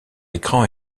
écran